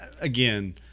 again